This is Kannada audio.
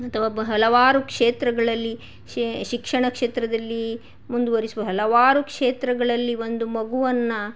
ಅಥವಾ ಬ ಹಲವಾರು ಕ್ಷೇತ್ರಗಳಲ್ಲಿ ಶಿಕ್ಷಣ ಕ್ಷೇತ್ರದಲ್ಲಿ ಮುಂದುವರೆಸುವ ಹಲವಾರು ಕ್ಷೇತ್ರಗಳಲ್ಲಿ ಒಂದು ಮಗುವನ್ನು